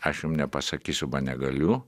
aš jum nepasakysiu negaliu